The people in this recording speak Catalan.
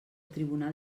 tribunal